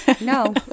No